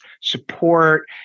support